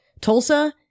Tulsa